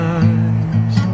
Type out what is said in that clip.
eyes